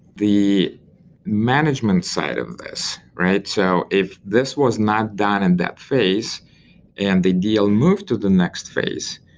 the management side of this, right? so if this was not done in that phase and the deal moved to the next phase,